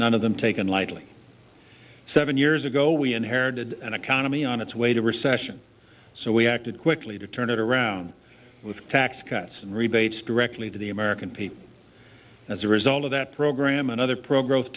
none of them taken lightly seven years ago we inherited an economy on its way to recession so we acted quickly to turn it around down with tax cuts and rebates directly to the american people as a result of that program another pro growth